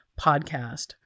podcast